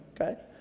okay